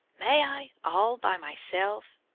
may i all by myself?